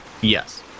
Yes